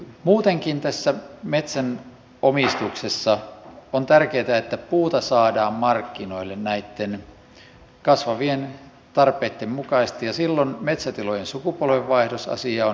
muutenkin tässä metsänomistuksessa on tärkeätä että puuta saadaan markkinoille näitten kasvavien tarpeitten mukaisesti ja silloin metsätilojen sukupolvenvaihdosasia on yksi